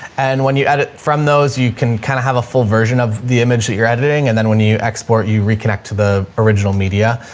and when you edit from those, you can kind of have a full version of the image that you're editing. and then when you you export, you reconnect to the original media.